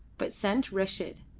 but sent reshid.